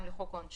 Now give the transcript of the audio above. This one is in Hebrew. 61(א)(2) לחוק העונשין,